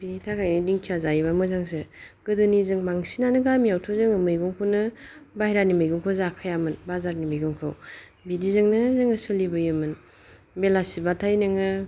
बिनि थाखायनो दिंखिया जायोबा मोजांसो गोदोनि जों बांसिनिनो गामियावथ' जोङो मैगंखौनो बाहेरानि मैगंखौ जाखायामोन बाजारनि मैगंखौ बिदिजोंनो जोङो सोलिबोयोमोन बेलासिबाथाय नोङो